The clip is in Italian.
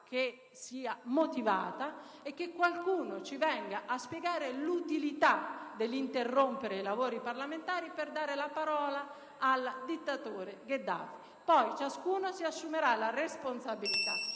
che sia motivata, e che qualcuno ci venga a spiegare l'utilità di interrompere i lavori parlamentari per dare la parola al dittatore Gheddafi. Poi, ciascuno si assumerà la responsabilità